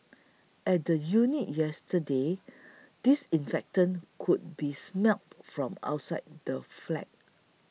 at the unit yesterday disinfectant could be smelt from outside the flat